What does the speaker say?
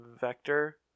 Vector